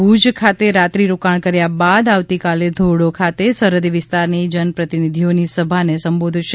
આજે ભૂજ ખાતે રાત્રિ રોકાણ કર્યા બાદ આવતીકાલે ધોરડો ખાતે સરફદી વિસ્તારની જનપ્રતિનિધિઓની સભાને સંબોધશે